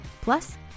Plus